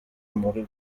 muri